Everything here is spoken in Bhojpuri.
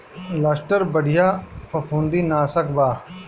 लस्टर बढ़िया फंफूदनाशक बा